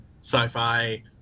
sci-fi